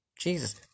Jesus